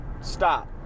stop